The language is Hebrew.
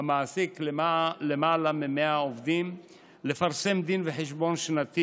המעסיק יותר מ-100 עובדים לפרסם דין וחשבון שנתי